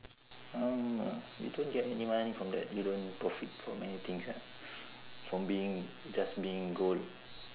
mm you don't get anyone from that you don't profit from anything sia from being just being good